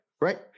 right